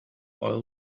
oil